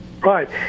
Right